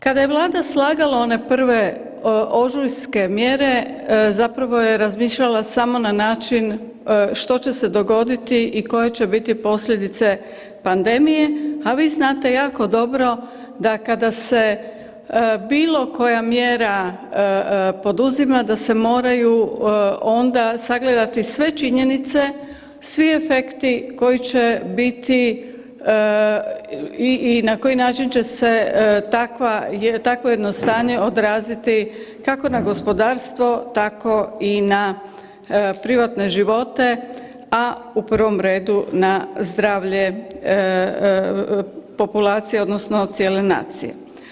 Kada je Vlada slagala one prve ožujske mjere zapravo je razmišljala samo na način što će se dogoditi i koje će biti posljedice pandemije, a vi znate jako dobro da kada se bilo koja mjera poduzima da se moraju onda sagledati sve činjenice, svi efekti koji će biti i na koji način će se takvo jedno stanje odraziti kako na gospodarstvo tako i na privatne živote, a u prvom redu na zdravlje populacije odnosno cijele nacije.